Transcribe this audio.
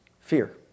fear